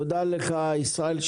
תודה לך, ישראל.